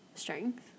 Strength